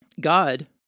God